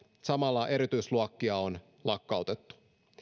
samalla erityisluokkia on lakkautettu